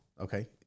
Okay